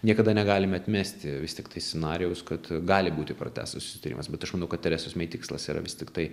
niekada negalim atmesti vis tiktai scenarijaus kad gali būti pratęstas susitarimas bet aš manau kad teresos mei tikslas yra vis tiktai